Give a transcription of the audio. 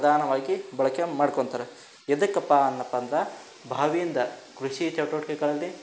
ಪ್ರಧಾನವಾಗಿ ಬಳಕೆ ಮಾಡ್ಕೊಂತಾರೆ ಏತಕಪ್ಪಾ ಅನ್ನಪ್ಪ ಅಂದ್ರೆ ಬಾವಿಯಿಂದ ಕೃಷಿ ಚಟುವಟಿಕೆಗಳಲ್ಲಿ